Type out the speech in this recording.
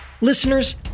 Listeners